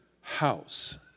house